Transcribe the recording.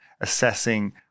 assessing